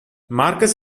markus